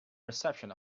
reception